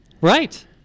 Right